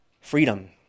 freedom